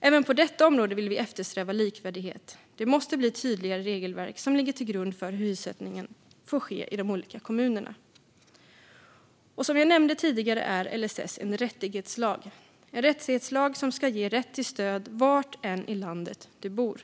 Även på detta område vill vi eftersträva likvärdighet. Det måste bli tydligare regelverk som ligger till grund för hur hyressättning får ske i de olika kommunerna. Som jag nämnde tidigare är LSS en rättighetslag. Denna ska ge rätt till stöd var än i landet man bor.